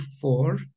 four